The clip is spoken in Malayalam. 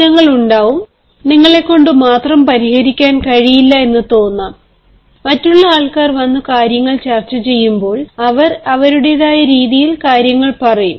പ്രശ്നങ്ങൾ ഉണ്ട് നിങ്ങളെ കൊണ്ടു മാത്രം പരിഹരിക്കാൻ കഴിയില്ലാ എന്ന് തോന്നാം മറ്റുള്ള ആൾക്കാർ വന്നു കാര്യങ്ങൾ ചർച്ച ചെയ്യുമ്പോൾ അവർ അവരുടേതായ രീതിയിൽ കാര്യങ്ങൾ പറയും